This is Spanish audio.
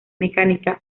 mecánica